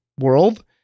World